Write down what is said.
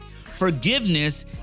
Forgiveness